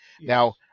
Now